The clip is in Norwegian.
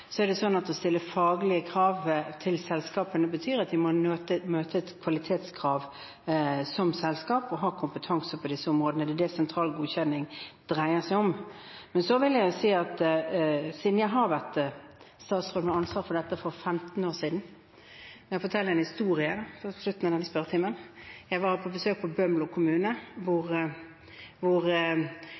Å stille faglige krav til selskapene betyr at de må møte kvalitetskrav som selskap og ha kompetanse på disse områdene. Det er det sentral godkjenning dreier seg om. Siden jeg har vært statsråd med ansvar for dette, for 15 år siden, kan jeg fortelle en historie på slutten av denne spørretimen. Jeg var på besøk i Bømlo kommune, hvor